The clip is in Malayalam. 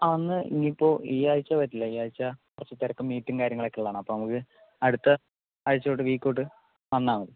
അന്ന് ഇനിയിപ്പോൾ ഈ ആഴ്ച പറ്റില്ല ഈ ആഴ്ച തിരക്കും മീറ്റിങ്ങും കാര്യങ്ങളുമൊക്കെ ഉള്ളതാണ് അപ്പോൾ നമുക്ക് അടുത്ത ആഴ്ച വീക്ക് തൊട്ട് വന്നാൽ മതി